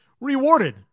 rewarded